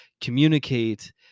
communicate